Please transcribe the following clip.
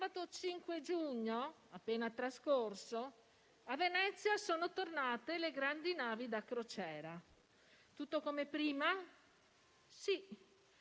5 giugno appena trascorso, a Venezia sono tornate le grandi navi da crociera. Tutto come prima?